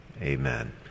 amen